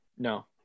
No